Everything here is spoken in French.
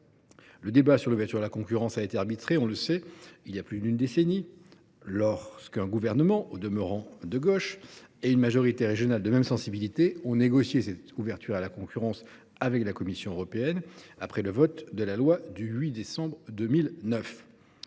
Le débat sur l’ouverture à la concurrence a été arbitré voilà plus d’une décennie, lorsqu’un gouvernement, au demeurant de gauche, et une majorité régionale de même sensibilité ont négocié sa mise en œuvre avec la Commission européenne, après le vote de la loi du 8 décembre 2009.